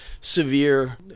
severe